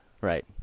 Right